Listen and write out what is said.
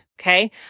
okay